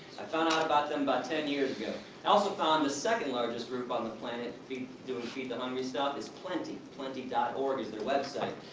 i found out about them about ten years ago. i also found the second largest group on the planet doing feed the hungry stuff. is plenty, plenty dot org is their website.